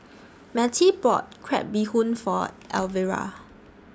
Mattie bought Crab Bee Hoon For Elvira